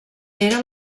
era